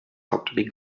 obtaining